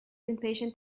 impatient